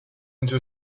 into